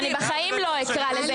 אני בחיים לא אתן לזה.